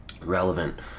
relevant